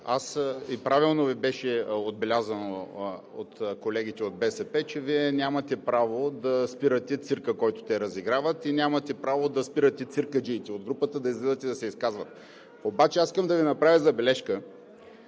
Правилно Ви беше отбелязано от колегите от БСП, че Вие нямате право да спирате цирка, който те разиграват, нямате право да спирате циркаджиите от групата да излизат и да се изказват. Обаче аз искам да Ви направя забележка,